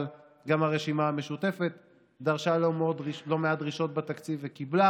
אבל גם הרשימה המשותפת דרשה לא מעט דרישות בתקציב וקיבלה.